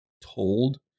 told